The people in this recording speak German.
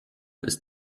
ist